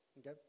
Okay